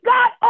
God